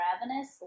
Ravenous